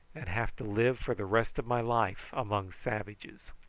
and have to live for the rest of my life among savages.